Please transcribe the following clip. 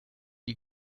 die